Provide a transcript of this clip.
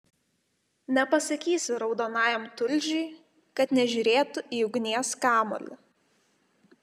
nepasakysi raudonajam tulžiui kad nežiūrėtų į ugnies kamuolį